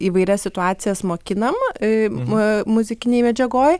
įvairias situacijas mokinam m muzikinėj medžiagoj